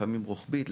לפעמים רוחבית,